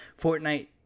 Fortnite